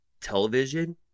television